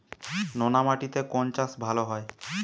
নোনা মাটিতে কোন চাষ ভালো হয়?